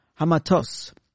Hamatos